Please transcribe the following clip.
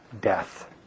death